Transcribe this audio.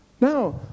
Now